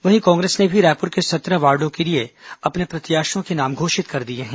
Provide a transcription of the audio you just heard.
वहीं कांग्रेस ने भी रायपुर के सत्रह वार्डो के लिए अपने प्रत्याशियों के नाम घोषित कर दिए हैं